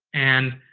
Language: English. and